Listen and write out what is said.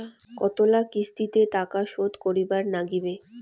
কতোলা কিস্তিতে টাকা শোধ করিবার নাগীবে?